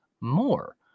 more